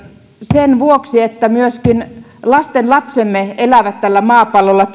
sen vuoksi että myöskin lastenlapsemme elävät tällä maapallolla